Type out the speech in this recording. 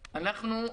פה,